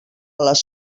les